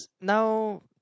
now